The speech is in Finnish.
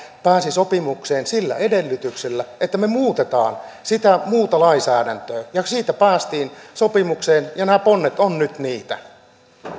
pääsi sopimukseen sillä edellytyksellä että me muutamme sitä muuta lainsäädäntöä siitä päästiin sopimukseen ja nämä ponnet ovat nyt niitä